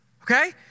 Okay